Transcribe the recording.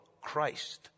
Christ